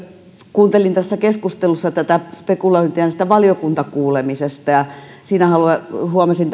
kuuntelin tässä keskustelussa tätä spekulointia niistä valiokuntakuulemisista ja siinä huomasin